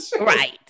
Right